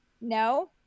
no